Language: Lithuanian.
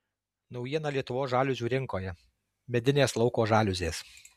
naujiena lietuvos žaliuzių rinkoje medinės lauko žaliuzės